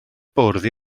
bwrdd